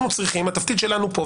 התפקיד שלנו פה,